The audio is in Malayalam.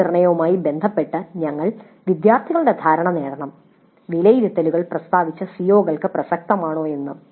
മൂല്യനിർണ്ണയവുമായി ബന്ധപ്പെട്ട് ഞങ്ങൾ വിദ്യാർത്ഥികളുടെ ധാരണ നേടണം വിലയിരുത്തലുകൾ പ്രസ്താവിച്ച സിഒകൾക്ക് പ്രസക്തമാണോ എന്ന്